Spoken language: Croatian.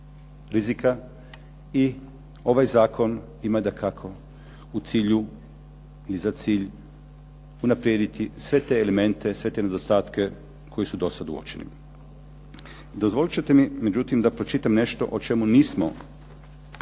rizika i ovaj zakon ima dakako u cilju i za cilj unaprijediti sve te elemente, sve te nedostatke koji su dosad uočeni. Dozvolit ćete mi međutim da pročitam nešto o čemu nismo